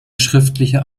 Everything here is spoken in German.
schriftliche